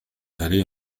aller